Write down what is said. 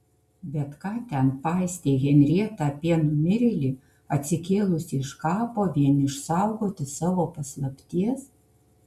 bet ką ten paistė henrieta apie numirėlį atsikėlusį iš kapo vien išsaugoti savo paslapties